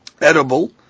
edible